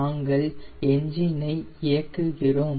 நாங்கள் என்ஜின் ஐ இயங்குகிறோம்